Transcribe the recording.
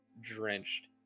drenched